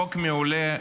חוק מעולה,